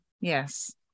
Yes